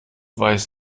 weiß